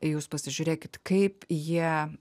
jūs pasižiūrėkit kaip jie